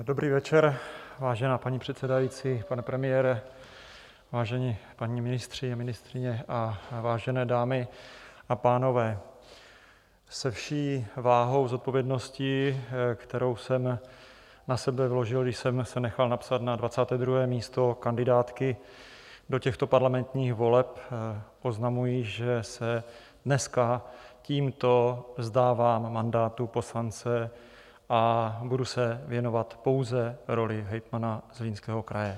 Dobrý večer, vážená paní předsedající, pane premiére, vážení páni ministři, ministryně a vážené dámy a pánové, se vší vahou a zodpovědností, kterou jsem na sebe vložil, když jsem se nechal napsat na 22. místo kandidátky do těchto parlamentních voleb, oznamuji, že se dneska tímto vzdávám mandátu poslance a budu se věnovat pouze roli hejtmana Zlínského kraje.